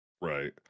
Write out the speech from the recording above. right